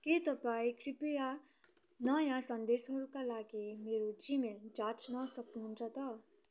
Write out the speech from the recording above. के तपाईँ कृपया नयाँ सन्देशहरूका लागि मेरो जिमेल जाँच्न सक्नुहुन्छ त